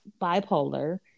bipolar